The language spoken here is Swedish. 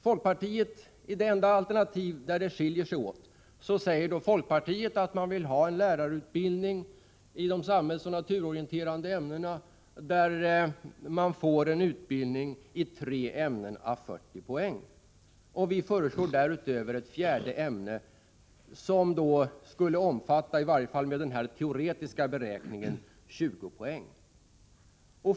På den enda punkt där alternativen skiljer sig åt säger folkpartiet att man vill ha en lärarutbildning i de samhällsoch naturorienterande ämnena där de studerande får en utbildning i tre ämnen å 40 poäng. Vi föreslår därutöver ett fjärde ämne som skulle omfatta, i varje fall med en teoretisk beräkning, 20 poäng.